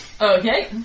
Okay